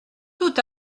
tout